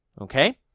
okay